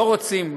לא רוצים,